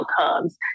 outcomes